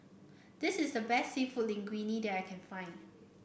this is the best seafood Linguine that I can find